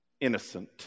innocent